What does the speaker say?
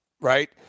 right